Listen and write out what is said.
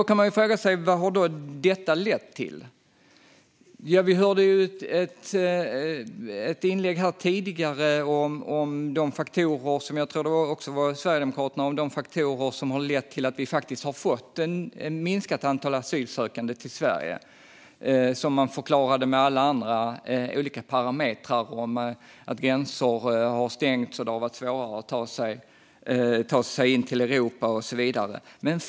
Vad har då detta lett till? Vi hörde i ett tidigare inlägg - Sverigedemokraterna - om de faktorer som har lett till ett minskat antal asylsökande till Sverige. Man förklarade med andra parametrar, till exempel att gränser har stängts och att det har varit svårare att ta sig in till Europa.